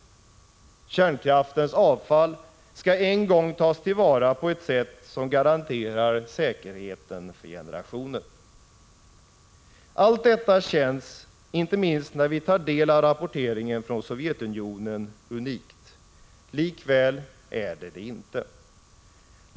Kärnkraftens avfall skall en gång tas till vara på ett sätt som garanterar säkerheten för generationer. Allt detta känns unikt, inte minst när vi tar del av rapporteringen från Sovjetunionen. Likväl är det det inte.